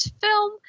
film